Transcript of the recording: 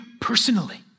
personally